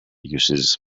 uses